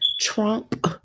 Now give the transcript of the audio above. Trump